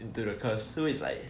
into the curse so it's like